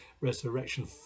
resurrection